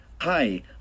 Hi